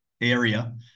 area